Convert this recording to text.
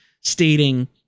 stating